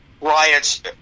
riots